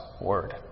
word